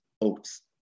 oats